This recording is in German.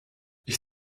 ich